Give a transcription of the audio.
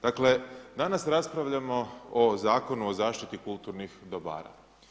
Dakle, danas raspravljamo o Zakonu o zaštiti kulturnih dobara.